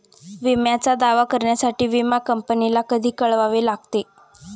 विम्याचा दावा करण्यासाठी विमा कंपनीला कधी कळवावे लागते?